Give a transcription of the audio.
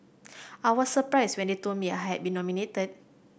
I was surprised when they told me I had been nominated